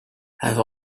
have